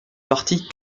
parti